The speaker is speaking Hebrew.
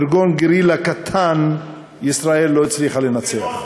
ארגון גרילה קטן ישראל לא הצליחה לנצח.